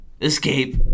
escape